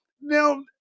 now